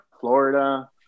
Florida